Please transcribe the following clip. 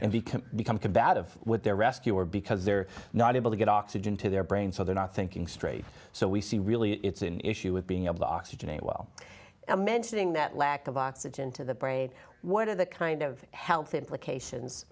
and become combative with their rescuer because they're not able to get oxygen to their brain so they're not thinking straight so we see really it's an issue with being able to oxygenate well i'm mentioning that lack of oxygen to the brain what are the kind of health implications